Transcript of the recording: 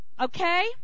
Okay